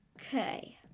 Okay